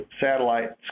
satellites